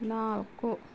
ನಾಲ್ಕು